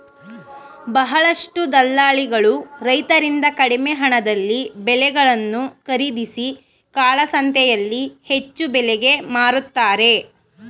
ಬಹಳಷ್ಟು ದಲ್ಲಾಳಿಗಳು ರೈತರಿಂದ ಕಡಿಮೆ ಹಣದಲ್ಲಿ ಬೆಳೆಗಳನ್ನು ಖರೀದಿಸಿ ಕಾಳಸಂತೆಯಲ್ಲಿ ಹೆಚ್ಚು ಬೆಲೆಗೆ ಮಾರುತ್ತಾರೆ